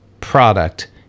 product